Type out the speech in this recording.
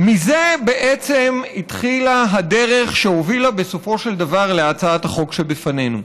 מזה התחילה הדרך שהובילה בסופו של דבר להצעת החוק שבפנינו.